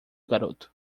garoto